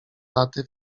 laty